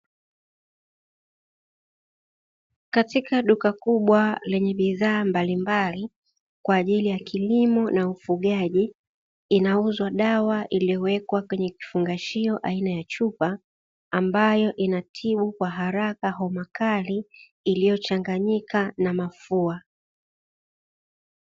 Katika duka kubwa lenye bidhaa mbalimbali kwa ajili ya kilimo na ufugaji, inauzwa dawa iliyowekwa kwenye kifungashio aina ya chupa, ambayo inatibu kwa haraka homa kali iliyochanganyika na mafua.